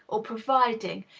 or providing,